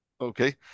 Okay